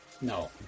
No